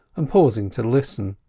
and pausing to listen.